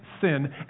sin